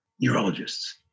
neurologists